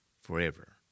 forever